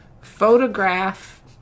photograph